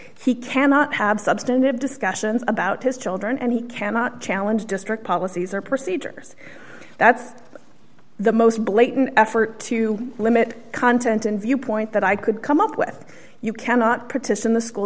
he cannot have substantive discussions about his children and he cannot challenge district policies or procedures that's it the most blatant effort to limit content and viewpoint that i could come up with you cannot partition the school